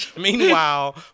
Meanwhile